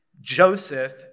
Joseph